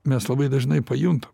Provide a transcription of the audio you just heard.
mes labai dažnai pajuntam